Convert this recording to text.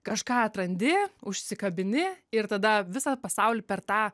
kažką atrandi užsikabini ir tada visą pasaulį per tą